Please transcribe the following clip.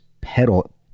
pedal